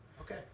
Okay